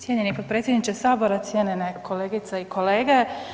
Cijenjeni potpredsjedniče Sabora, cijenjene kolegice i kolege.